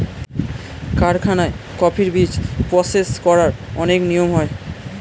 কারখানায় কফির বীজ প্রসেস করার অনেক নিয়ম হয়